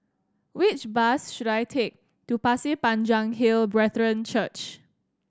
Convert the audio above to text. which bus should I take to Pasir Panjang Hill Brethren Church